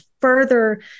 further